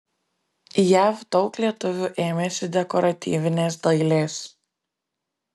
jav daug lietuvių ėmėsi dekoratyvinės dailės